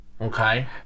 Okay